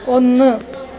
ഒന്ന്